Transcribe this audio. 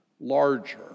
larger